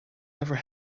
never